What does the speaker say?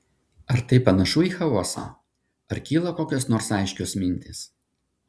ar tai panašu į chaosą ar kyla kokios nors aiškios mintys